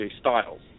Styles